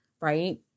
right